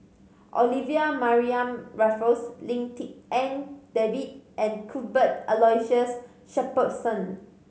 Olivia Mariamne Raffles Lim Tik En David and Cuthbert Aloysius Shepherdson